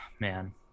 Man